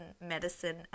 medicine